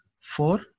Four